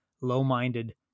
low-minded